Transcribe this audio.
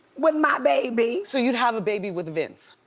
with my baby. so you'd have a baby with vince?